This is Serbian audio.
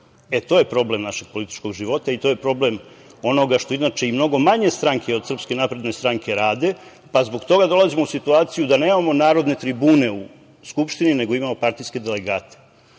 je problem našeg političkog života i to je problem onoga što inače i mnogo manje stranke od SNS rade, pa zbog toga dolazimo u situaciju da nemamo narodne tribune u Skupštini, nego imamo partijske delegate